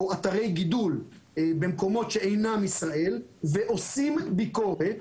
אתרי גידול במקומות שאינם בישראל ועושים ביקורת.